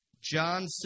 John